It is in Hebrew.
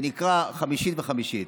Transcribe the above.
זה נקרא חמישים וחמישים.